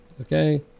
Okay